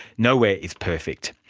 nowhere is perfect.